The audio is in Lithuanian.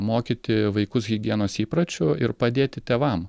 mokyti vaikus higienos įpročių ir padėti tėvam